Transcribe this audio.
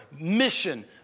mission